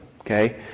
okay